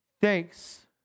Thanks